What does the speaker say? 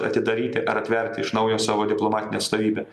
atidaryti ar atverti iš naujo savo diplomatinę atstovybę